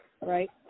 right